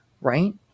right